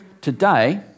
today